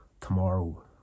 tomorrow